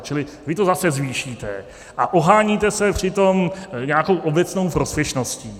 Čili vy to zase zvýšíte a oháníte se přitom nějakou obecnou prospěšností.